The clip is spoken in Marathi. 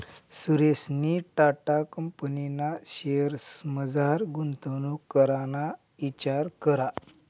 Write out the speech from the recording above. सुरेशनी टाटा कंपनीना शेअर्समझार गुंतवणूक कराना इचार करा